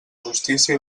justícia